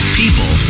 people